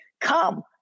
come